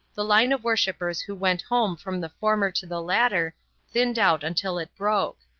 the line of worshippers who went home from the former to the latter thinned out until it broke.